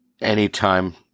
anytime